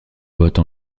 vote